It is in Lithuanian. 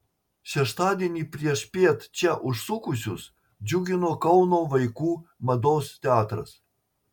šeštadienį priešpiet čia užsukusius džiugino kauno vaikų mados teatras